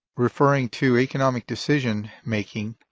referring to economic decision making.